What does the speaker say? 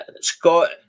Scott